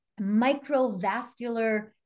microvascular